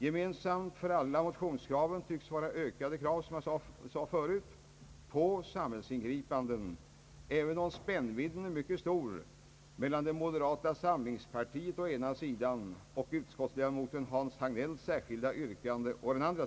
Gemensamt för alla motionskraven tycks vara ökade krav på samhällsingripanden, även om spännvidden är mycket stor mellan moderata samlingspartiet å ena sidan och utskottsledamoten Hans Hagnells särskilda yttrande å den andra.